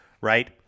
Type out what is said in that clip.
right